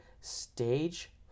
stage